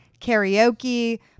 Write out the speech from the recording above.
karaoke